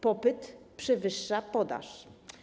Popyt przewyższa podaż.